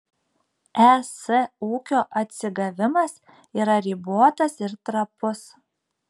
es ūkio atsigavimas yra ribotas ir trapus